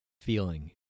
feeling